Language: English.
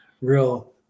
real